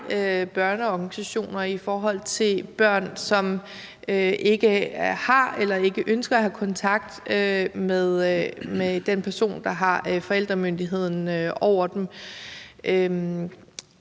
børneorganisationer, i forhold til børn, som ikke har eller ikke ønsker at have kontakt med den person, der har forældremyndigheden over dem?